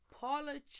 Paula